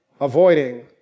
avoiding